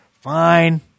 Fine